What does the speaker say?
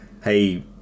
Hey